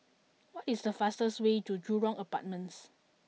what is the fastest way to Jurong Apartments